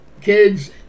kids